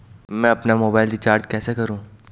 मैं अपना mobile recharge कैसे करूँ?